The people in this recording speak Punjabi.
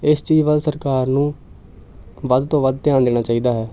ਇਸ ਚੀਜ਼ ਵੱਲ ਸਰਕਾਰ ਨੂੰ ਵੱਧ ਤੋਂ ਵੱਧ ਧਿਆਨ ਦੇਣਾ ਚਾਹੀਦਾ ਹੈ